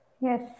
Yes